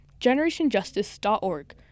GenerationJustice.org